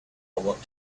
want